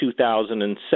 2007